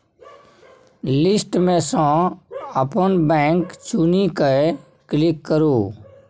list मे सँ अपन बैंक चुनि कए क्लिक करु